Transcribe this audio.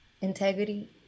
integrity